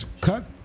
cut